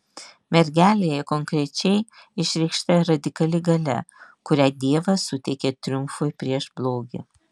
mergelėje konkrečiai išreikšta radikali galia kurią dievas suteikė triumfui prieš blogį